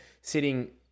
sitting